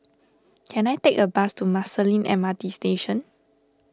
can I take a bus to Marsiling M R T Station